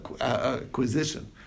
acquisition